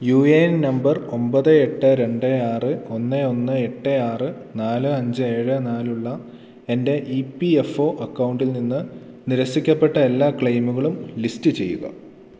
U A N number ഒമ്പത് എട്ട് രണ്ട് ആറ് ഒന്ന് ഒന്ന് എട്ട് ആറ് നാല് അഞ്ച് ഏഴ് നാലുള്ള എൻ്റെ ഇ പി എഫ് ഒ അക്കൗണ്ടിൽ നിന്ന് നിരസിക്കപ്പെട്ട എല്ലാ ക്ലെയിമുകളും ലിസ്റ്റ് ചെയ്യുക